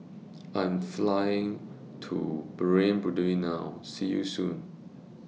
I Am Flying to Burundi now See YOU Soon